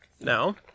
now